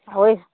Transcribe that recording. होइ